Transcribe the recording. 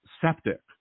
septic